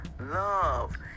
love